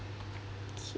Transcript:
okay